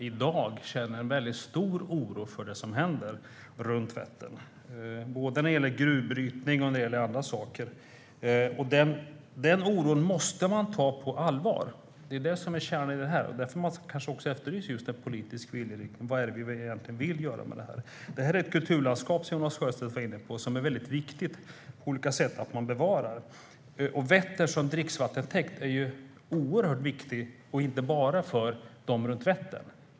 De hyser i dag en väldigt stor oro för det som händer runt Vättern när det gäller både gruvbrytning och en del andra saker. Den oron måste tas på allvar. Därför efterlyser man kanske en politisk inriktning om vad som ska hända med Vättern. Som Jonas Sjöstedt var inne på är områdena runt Vättern ett kulturlandskap, och det är viktigt att man bevarar det. Vättern som dricksvattentäkt är ju oerhört viktig, inte bara för dem som bor vid Vättern.